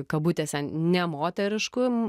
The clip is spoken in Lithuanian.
kabutėse ne moterišku